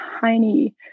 tiny